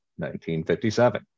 1957